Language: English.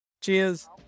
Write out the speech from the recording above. cheers